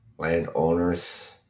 Landowners